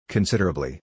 Considerably